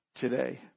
today